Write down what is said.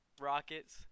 Rockets